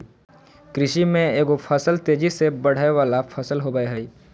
कृषि में एगो फसल तेजी से बढ़य वला फसल होबय हइ